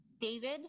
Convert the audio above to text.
David